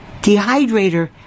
dehydrator